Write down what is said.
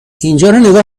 اینجا